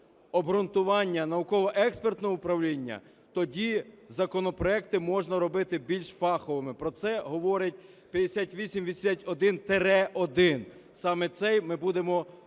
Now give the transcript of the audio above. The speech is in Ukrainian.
обґрунтування науково-експертного управління, тоді законопроекти можна робити більш фаховими. Про це говорить 5881-1, саме цей ми будемо